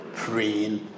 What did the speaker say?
praying